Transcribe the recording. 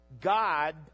God